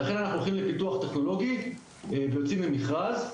ולכן אנחנו הולכים לפיתוח טכנולוגי ויוצאים למכרז,